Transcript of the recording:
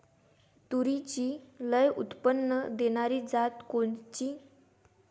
तूरीची लई उत्पन्न देणारी जात कोनची?